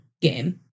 game